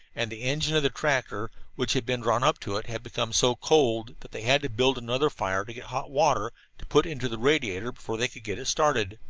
and the engine of the tractor, which had been drawn up to it, had become so cold that they had to build another fire, to get hot water to put into the radiator, before they could get it started.